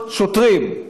שוטרים.